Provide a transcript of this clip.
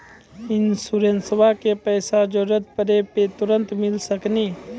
इंश्योरेंसबा के पैसा जरूरत पड़े पे तुरंत मिल सकनी?